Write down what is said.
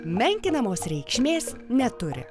menkinamos reikšmės neturi